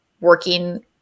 working